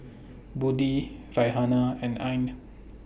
Budi Raihana and Ain